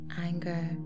anger